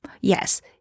Yes